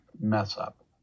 mess-up